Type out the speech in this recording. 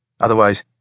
Otherwise